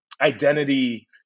identity